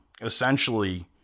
essentially